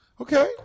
Okay